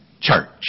church